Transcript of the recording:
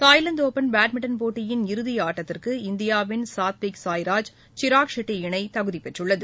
தாய்வாந்துடுப்பன் badminton போட்டியின் இறுதியாட்டத்திற்கு இந்தியாவின் சாத்விக் சாய்ராஜ் சிராக்ஷெட்டி இணைதகுதிபெற்றுள்ளது